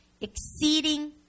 Exceeding